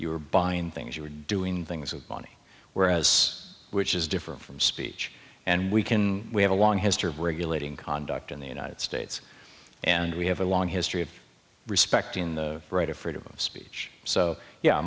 were buying things you were doing things of body whereas which is different from speech and we can we have a long history of regulating conduct in the united states and we have a long history of respect in the right of freedom of speech so yeah